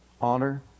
honor